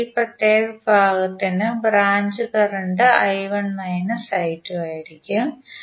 അതിനാൽ ഈ പ്രത്യേക വിഭാഗത്തിന് branch current I1 minus I2 ആയിരിക്കും